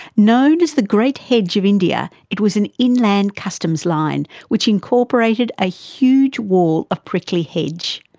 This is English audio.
known as the great hedge of india, it was an inland customs line which incorporated a huge wall of prickly hedge.